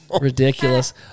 Ridiculous